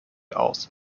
aus